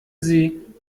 sie